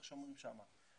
איך שאומרים לו שם,